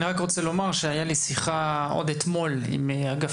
אני רק רוצה לומר שהייתה לי שיחה עוד אתמול עם אגף